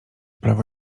prawo